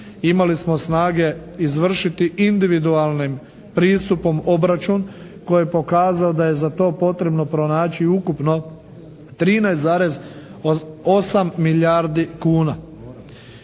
Imali smo snage izvršiti individualnim pristupom obračun koji je pokazao da je za to potrebno pronaći ukupno 13,8 milijardi kuna.